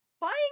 Buying